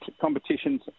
competitions